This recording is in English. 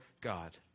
God